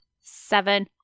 Seven